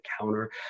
counter